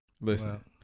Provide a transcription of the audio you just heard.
Listen